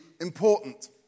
important